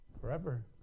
Forever